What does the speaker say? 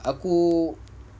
aku